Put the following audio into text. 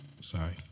Sorry